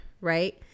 right